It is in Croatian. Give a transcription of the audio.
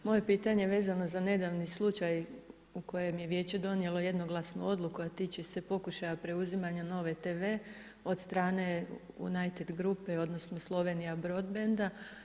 Moje je pitanje vezano za nedavni slučaj u kojem je Vijeće donijelo jednoglasnu odluku, a tiče se pokušaja preuzimanja NOVA tv od strane United grupe odnosno Slovenija broadbanda.